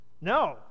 No